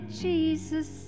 jesus